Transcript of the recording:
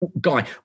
guy